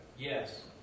Yes